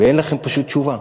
ואין לכם פשוט תשובה.